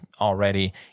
already